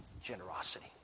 generosity